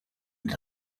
and